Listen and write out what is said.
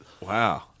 Wow